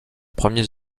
premiers